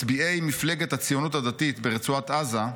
מצביעי מפלגת הציונות הדתית, ברצועת עזה,